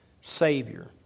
Savior